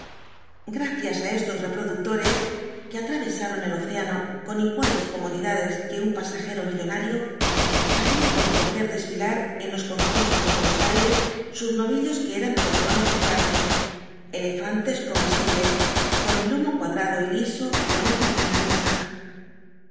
gracias á estos reproductores que atravesaron el océano con iguales comodidades que un pasajero millonario había podido hacer desfilar en ios concursos de buenos aires sus novillos que eran torreones de carne elefantes comestibles con el lomo cuadrado y liso lo mismo que una mesa